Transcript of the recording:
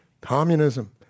communism